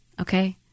Okay